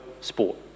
sport